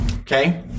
Okay